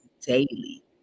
daily